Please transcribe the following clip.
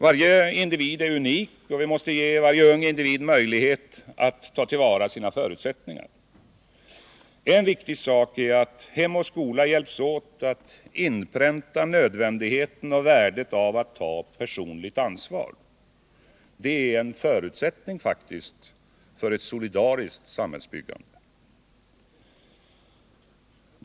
Varje individ är unik, och vi måste ge varje ung individ möjlighet att ta till vara sina förutsättningar. En viktig sak är att hem och skola hjälps åt att inpränta nödvändigheten och värdet av att ta personligt ansvar. Det är en förutsättning för ett solidariskt samhällsbyggande.